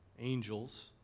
angels